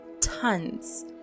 tons